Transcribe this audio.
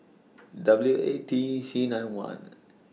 W A T C nine one